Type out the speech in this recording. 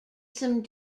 some